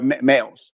males